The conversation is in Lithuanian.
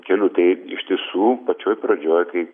keliu tai iš tiesų pačioj pradžioj kai